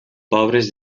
pobres